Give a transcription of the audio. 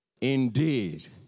indeed